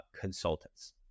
consultants